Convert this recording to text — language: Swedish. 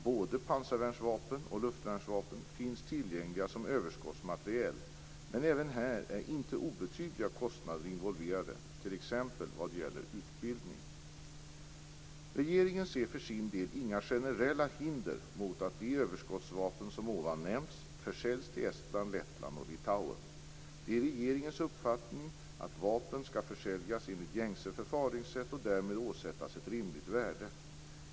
Både pansarvärnsvapen och luftvärnsvapen finns tillgängliga som överskottsmateriel, men även här är inte obetydliga kostnader involverade, t.ex. vad gäller utbildning. Regeringen ser för sin del inga generella hinder mot att de överskottsvapen som nämnts försäljs till Estland, Lettland och Litauen. Det är regeringens uppfattning att vapnen skall försäljas enligt gängse förfaringssätt och därmed åsättas ett rimligt värde.